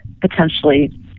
potentially